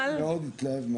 לא, לא הבנתי.